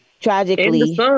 tragically